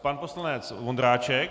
Pan poslanec Vondráček.